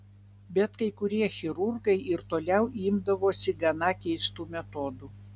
bet kai kurie chirurgai ir toliau imdavosi gana keistų metodų